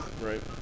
right